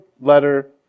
letter